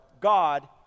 God